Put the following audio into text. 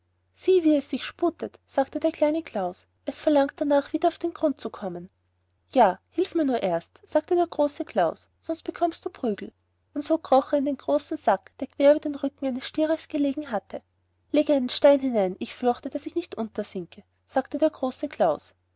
sieh wie es sich sputet sagte der kleine klaus es verlangt darnach wieder auf den grund zu kommen ja hilf mir nur erst sagte der große klaus sonst bekommst du prügel und so kroch er in den großen sack der quer über dem rücken eines der stiere gelegen hatte lege einen stein hinein ich fürchte daß ich sonst nicht untersinke sagte der große klaus